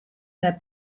their